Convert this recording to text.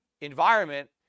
environment